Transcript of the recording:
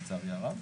לצערי הרב.